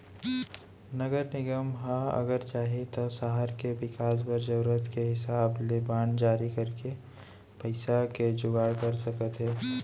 नगर निगम ह अगर चाही तौ सहर के बिकास बर जरूरत के हिसाब ले बांड जारी करके पइसा के जुगाड़ कर सकत हे